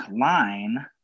line